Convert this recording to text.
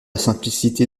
simplicité